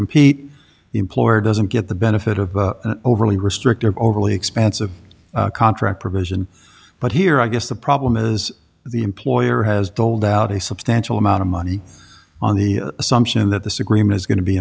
compete the employer doesn't get the benefit of an overly restrictive overly expensive contract provision but here i guess the problem is the employer has doled out a substantial amount of money on the assumption that the supreme is going to be